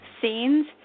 scenes